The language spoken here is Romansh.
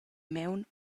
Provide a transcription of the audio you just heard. maun